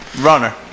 Runner